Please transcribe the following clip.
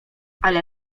ale